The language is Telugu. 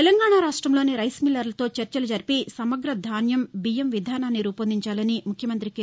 తెలంగాణా రాష్ట్రంలోని రైస్ మిల్లర్లతో చర్చలు జరిపి సమగ్ర ధాన్యం బీయ్యం విధానాన్ని రూపొందించాలని ముఖ్యమంతి కె